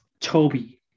Toby